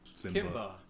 Kimba